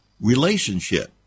relationship